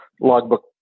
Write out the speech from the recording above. logbook